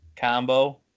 Combo